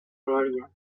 glòria